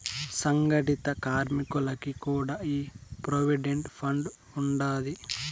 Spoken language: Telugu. సంగటిత కార్మికులకి కూడా ఈ ప్రోవిడెంట్ ఫండ్ ఉండాది